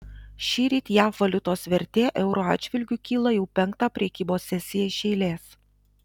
šįryt jav valiutos vertė euro atžvilgiu kyla jau penktą prekybos sesiją iš eilės